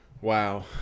wow